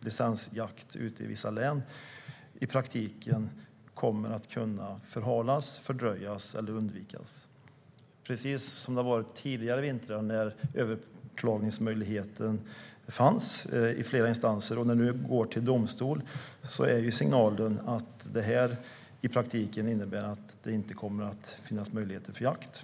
licensjakt i vissa län i praktiken kommer att kunna förhalas, fördröjas eller undvikas. Det blir precis som det har varit tidigare vintrar när det fanns möjlighet att överklaga i flera instanser. Om det nu går till domstol är signalen att det i praktiken inte kommer att finnas möjligheter för jakt.